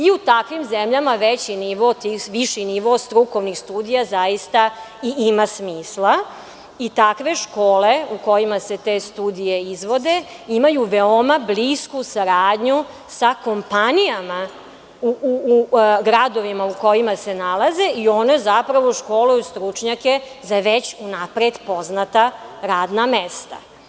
U takvim zemljama veći nivo, viši nivo strukovnih studija zaista i ima smisla i takve škole u kojima se te studije izvode imaju veoma blisku saradnju sa kompanijama u gradovima u kojima se nalaze i one zapravo školuju stručnjake za već unapred poznata radna mesta.